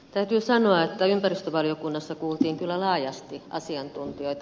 täytyy sanoa että ympäristövaliokunnassa kuultiin kyllä laajasti asiantuntijoita